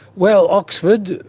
well, oxford,